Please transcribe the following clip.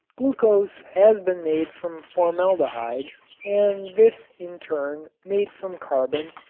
glucose has been made from formaldehyde and this in turn made from carbon,